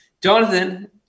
Jonathan